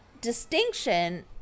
distinction